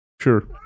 Sure